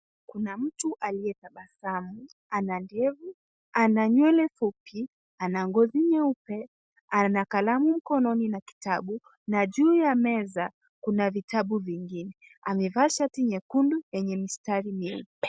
Kuna mtu aliye tabasamu, ana ndevu ana nywele fupi, ana ngozi nyeupe, ana kalumu mkononi na kitabu na juu ya meza kuna vitabu vingine. Amevaa shati nyekundu yenye mistari myeupe.